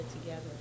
together